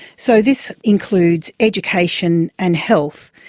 so this includes education and health,